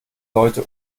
leute